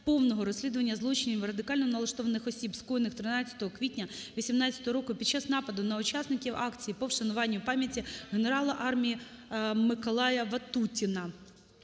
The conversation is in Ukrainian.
повного розслідування злочинів радикально налаштованих осіб, скоєних 13 квітня 18 року під час нападу на учасників акції по вшануванню пам'яті генерала армії Миколая Ватутіна.